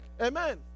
Amen